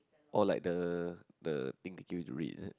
oh like the the thing they give you to read is it